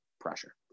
pressure